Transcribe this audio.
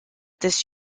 this